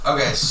Okay